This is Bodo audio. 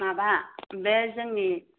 माबा बे जोंनि